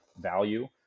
value